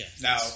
now